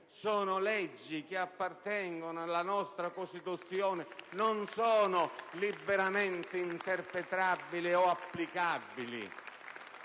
sono leggi che appartengono alla nostra Costituzione e non sono liberamente interpretabili o applicabili.